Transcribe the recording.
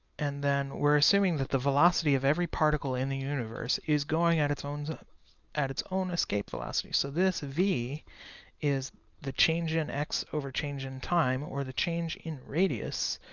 and then we're assuming that the velocity of every particle in the universe is going at its own at its own escape velocity so this v is the change in x over the change in time, or the change in radius,